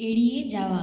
এড়িয়ে যাওয়া